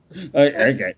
Okay